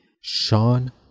Sean